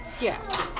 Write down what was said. Yes